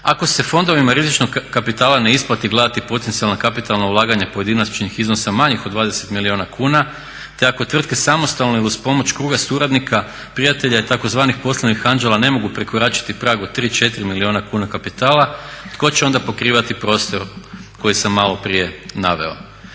Ako se fondovima rizičnog kapitala ne isplati gledati potencijalna kapitalna ulaganja pojedinačnih iznosa manjih od 20 milijuna kuna, te ako tvrtka samostalno ili uz pomoć kruga suradnika, prijatelja i tzv. poslovnih anđela ne mogu prekoračiti prag od 3, 4 milijuna kuna kapitala tko će onda pokrivati prostor koji sam malo prije naveo?